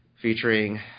featuring